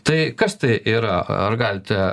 tai kas tai yra ar galite